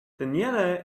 danielle